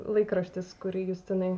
laikraštis kurį justinui